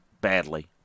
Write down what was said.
badly